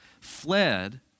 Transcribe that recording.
fled